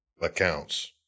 accounts